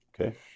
okay